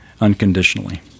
unconditionally